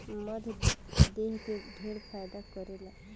मध देह के ढेर फायदा करेला